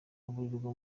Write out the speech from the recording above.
babarirwa